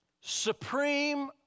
supreme